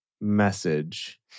message